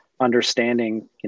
understanding